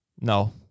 No